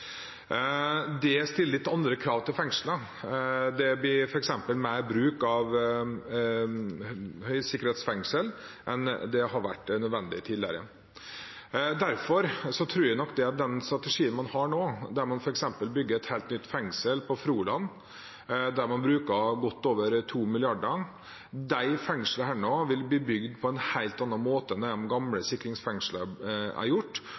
Det stiller litt andre krav til fengslene. Det blir f.eks. mer bruk av høysikkerhetsfengsel enn det som har vært nødvendig tidligere. Derfor har jeg tro på den strategien man har nå, der man f.eks. bygger et helt nytt fengsel på Froland og bruker godt over 2 mrd. kr. Disse fengslene blir bygd på en helt annen måte enn de gamle